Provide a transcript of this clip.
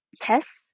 tests